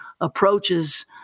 approaches